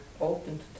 open